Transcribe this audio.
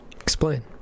explain